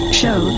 show